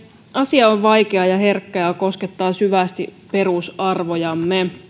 asia on vaikea ja herkkä ja koskettaa syvästi perusarvojamme